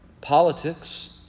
politics